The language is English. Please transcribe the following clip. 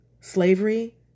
slavery